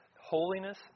holiness